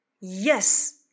Yes